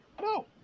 No